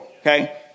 Okay